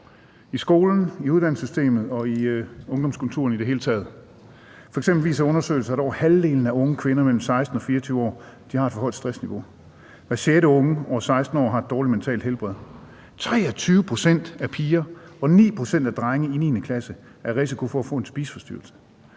i skolen, i uddannelsessystemet og i ungdomskulturen i det hele taget. Undersøgelser viser f.eks., at over halvdelen af unge kvinder mellem 16 og 24 år har et for højt stressniveau. Hver sjette unge over 16 år har et dårligt mentalt helbred. 23 pct. af piger og 9 pct. af drenge i 9. klasse er i risiko for at få en spiseforstyrrelse.